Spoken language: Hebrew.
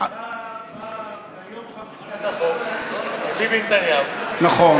ביום חקיקת החוק, ביבי נתניהו, נכון.